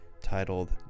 titled